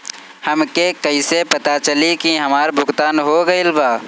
हमके कईसे पता चली हमार भुगतान हो गईल बा?